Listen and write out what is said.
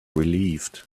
relieved